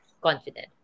confident